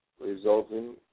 resulting